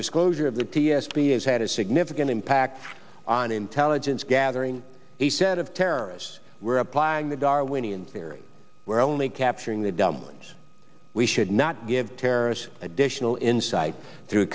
disclosure of the p s p has had a significant impact on intelligence gathering he said of terrorists we're applying the darwinian theory where only capturing the dumb ones we should not give terrorists additional insight through